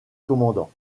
commandant